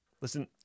Listen